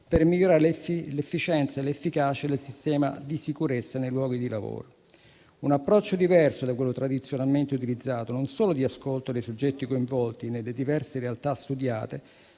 per migliorare l'efficienza e l'efficacia del sistema di sicurezza nei luoghi di lavoro. Un approccio diverso da quello tradizionalmente utilizzato, non solo di ascolto dei soggetti coinvolti nelle diverse realtà studiate,